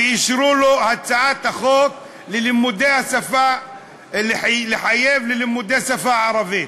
ואישרו לו הצעת חוק של חיוב לימודי השפה הערבית,